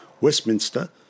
Westminster